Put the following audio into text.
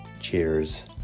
Cheers